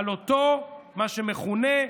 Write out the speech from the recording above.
על אותו מה שמכונה,